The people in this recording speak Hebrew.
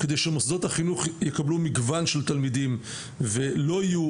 כדי שמוסדות החינוך יקבלו מגוון של תלמידים ולא יהיו,